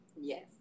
Yes